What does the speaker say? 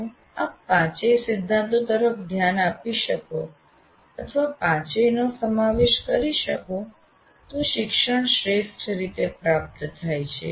જો આપ પાંચેય સિદ્ધાંતો તરફ ધ્યાન આપી શકો અથવા પાંચેયનો સમાવેશ કરી શકો તો શિક્ષણ શ્રેષ્ઠ રીતે પ્રાપ્ત થાય છે